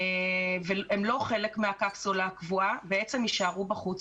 הם לא חלק מהקפסולה הקבועה, בעצם יישארו בחוץ.